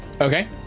okay